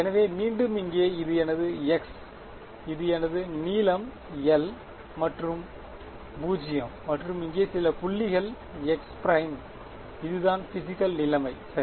எனவே மீண்டும் இங்கே இது என் x இது எனது நீளம் l இது 0 மற்றும் இங்கே சில புள்ளிகள் x 'இது தான் பிஸிக்கல் நிலைமை சரி